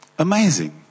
Amazing